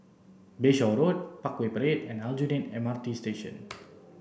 Bayshore Road Parkway Parade and Aljunied M R T Station